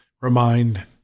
remind